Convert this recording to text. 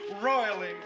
royally